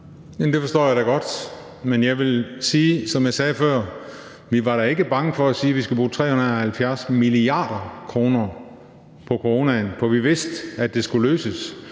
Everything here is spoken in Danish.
det forstår jeg da godt. Men jeg vil sige, som jeg sagde før, at vi da ikke var være bange for at sige: Vi skal bruge 370 mia. kr. på coronaen, for vi vidste, at det skulle løses.